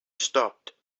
stopped